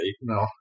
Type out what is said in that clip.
No